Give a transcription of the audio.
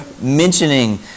mentioning